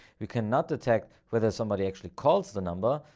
we cannot detect whether somebody actually calls the number.